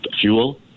fuel